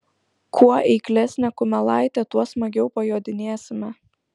kuo eiklesnė kumelaitė tuo smagiau pajodinėsime